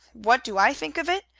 what do i think of it?